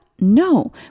No